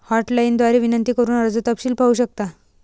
hotline द्वारे विनंती करून कर्ज तपशील पाहू शकता